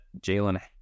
Jalen